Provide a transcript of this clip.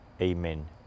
Amen